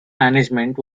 management